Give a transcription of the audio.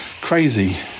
crazy